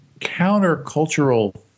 countercultural